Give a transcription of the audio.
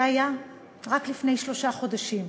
זה היה רק לפני שלושה חודשים.